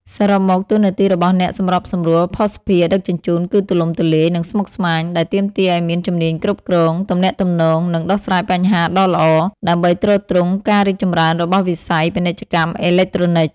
សរុបមក តួនាទីរបស់អ្នកសម្របសម្រួលភស្តុភារដឹកជញ្ជូនគឺទូលំទូលាយ និងស្មុគស្មាញ ដែលទាមទារឱ្យមានជំនាញគ្រប់គ្រង ទំនាក់ទំនង និងដោះស្រាយបញ្ហាដ៏ល្អ ដើម្បីទ្រទ្រង់ការរីកចម្រើនរបស់វិស័យ ពាណិជ្ជកម្មអេឡិចត្រូនិក។